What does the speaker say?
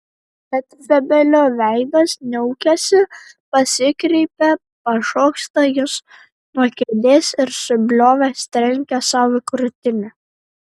feldfebelio veidas niaukiasi persikreipia pašoksta jis nuo kėdės ir subliovęs trenkia sau į krūtinę